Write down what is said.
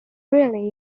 really